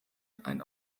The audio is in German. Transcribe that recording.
ein